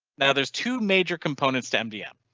now, there's two major components to mdm.